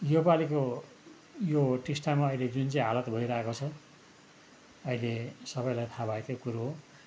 यो पालीको यो टिस्टामा अहिले जुन चाहिँ हालत भइरहेको छ अहिले सबैलाई थाह भएकै कुरो हो